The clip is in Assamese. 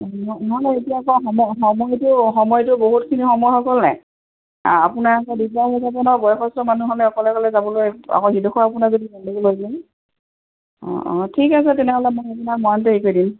নহ নহ'লে এতিয়া আকৌ সময় সময়টো সময়টো বহুতখিনি সময় হৈ গ'লনে আপোনাৰ আকৌ দিগদাৰ হৈ যাব নহয় বয়সস্থ মানুহ হ'লে অকলে অকলে যাবলৈ আকৌ সিডোখৰ আপোনাৰ যদি গণ্ডগোল হৈ যায় অঁ অঁ ঠিক আছে তেনেহ'লে মই আপোনাক মৰাণতে হেৰি কৰি দিম